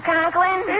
Conklin